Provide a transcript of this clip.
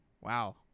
Wow